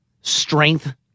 strength